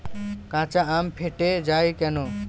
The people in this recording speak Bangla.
কাঁচা আম ফেটে য়ায় কেন?